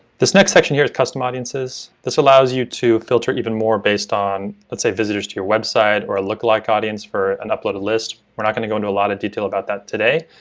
this next section here is custom audiences, this allows you to filter even more based on let's say visitors to your website or lookalike audience for an uploaded list, we're not going to go into a lot of detail about that today,